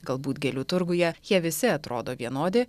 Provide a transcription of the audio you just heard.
galbūt gėlių turguje jie visi atrodo vienodi